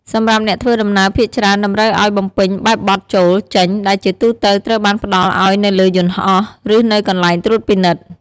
សម្រាប់អ្នកធ្វើដំណើរភាគច្រើនតម្រូវឱ្យបំពេញបែបបទចូល-ចេញ ដែលជាទូទៅត្រូវបានផ្តល់ឱ្យនៅលើយន្តហោះ ឬនៅកន្លែងត្រួតពិនិត្យ។